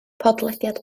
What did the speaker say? podlediad